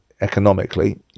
economically